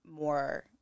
more